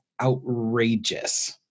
outrageous